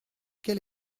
quel